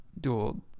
dual